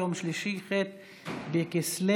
חבר הכנסת בוסו, בעד?